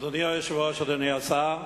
אדוני היושב-ראש, אדוני השר,